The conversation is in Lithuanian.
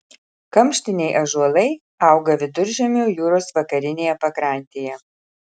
kamštiniai ąžuolai auga viduržemio jūros vakarinėje pakrantėje